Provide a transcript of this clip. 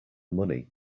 money